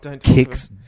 kicks